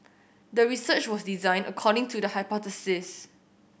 the research was designed according to the hypothesis